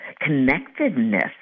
connectedness